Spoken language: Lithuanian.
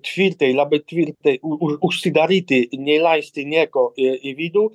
tvirtai labai tvirtai u u užsidaryti neįleisti nieko į į vidų